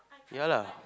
ya lah